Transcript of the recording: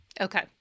Okay